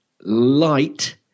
light